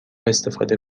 استفاده